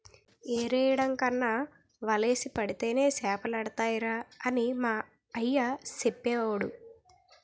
ఎరెయ్యడం కన్నా వలేసి పడితేనే సేపలడతాయిరా అని మా అయ్య సెప్పేవోడు